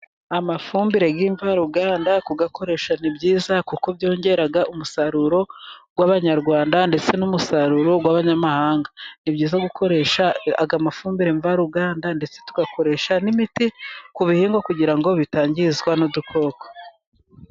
Amafumbire yimvaruganda kuyakoresha ni byiza kuko byongera umusaruro w'abanyarwanda, ndetse n'umusaruro rw'abanyamahanga. Ni byiza gukoresha amafumbire mvaruganda ndetse tugakoresha n'imiti ku bihingwa kugira ngo bitangizwa n'udukoko.